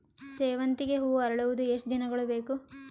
ಸೇವಂತಿಗೆ ಹೂವು ಅರಳುವುದು ಎಷ್ಟು ದಿನಗಳು ಬೇಕು?